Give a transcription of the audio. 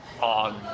on